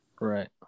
Right